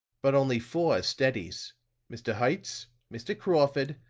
but only four are steadies mr. hertz, mr. crawford,